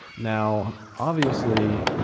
now, obviously,